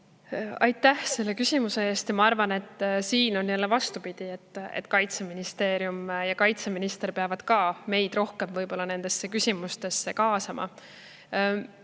Aitäh selle küsimuse eest! Ma arvan, et siin on jälle vastupidi: Kaitseministeerium ja kaitseminister peavad ka meid nendesse küsimustesse rohkem